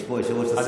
יש פה יושב-ראש,